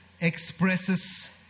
expresses